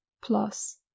plus